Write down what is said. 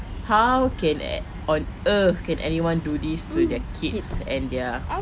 how can uh on earth can anyone do this to their kids and their